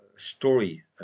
story